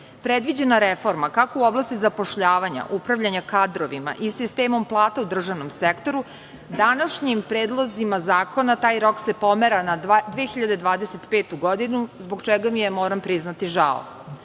predviđena reforma kako u oblasti zapošljavanja, upravljanja kadrovima i sistemom plata u državnom sektoru, današnjim predlozima zakona taj rok se pomera na 2025. godinu, zbog čega mi je, moram priznati,